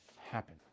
happen